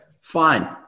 Fine